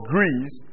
Greece